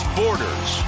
borders